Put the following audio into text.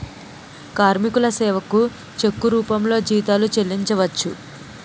కార్మికుల సేవకు చెక్కు రూపంలో జీతాలు చెల్లించవచ్చు